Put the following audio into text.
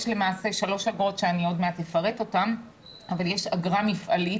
למעשה יש שלוש אגרות שעוד מעט אני אפרט אותן אבל יש אגרה מפעלית